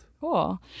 Cool